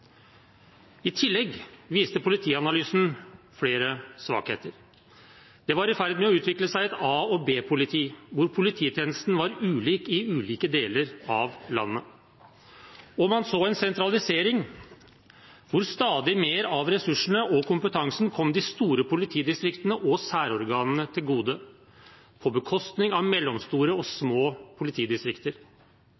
I tillegg viste Politianalysen flere svakheter. Det var i ferd med å utvikle seg et a- og b-politi, hvor polititjenesten var ulik i ulike deler av landet. Man så en sentralisering hvor stadig mer av ressursene og kompetansen kom de store politidistriktene og særorganene til gode, på bekostning av mellomstore og